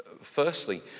Firstly